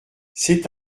c’est